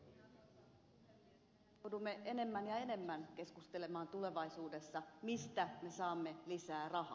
me joudumme enemmän ja enemmän keskustelemaan tulevaisuudessa mistä me saamme lisää rahaa